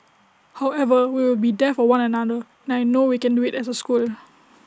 however we will be there for one another and I know we can do IT as A school